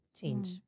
change